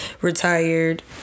retired